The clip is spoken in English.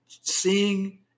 Seeing